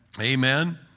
Amen